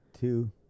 two